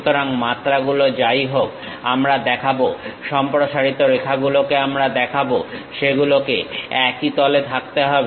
সুতরাং মাত্রাগুলো যাইহোক আমরা দেখাবো সম্প্রসারিত রেখাগুলোকে আমরা দেখাবো সেগুলোকে একই তলে থাকতে হবে